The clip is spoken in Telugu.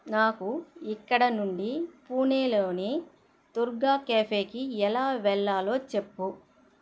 నాకు ఇక్కడి నుండి పూణేలోని దుర్గా క్యాఫేకి ఎలా వేళ్ళలో చెప్పు